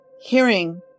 hearing